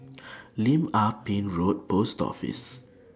Lim Ah Pin Road Post Office